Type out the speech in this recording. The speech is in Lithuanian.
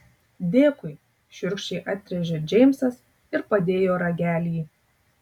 dėkui šiurkščiai atrėžė džeimsas ir padėjo ragelį